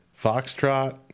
Foxtrot